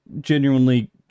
genuinely